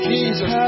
Jesus